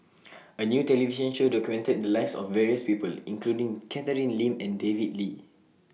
A New television Show documented The Lives of various People including Catherine Lim and David Lee